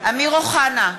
אמיר אוחנה,